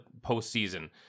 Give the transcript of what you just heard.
postseason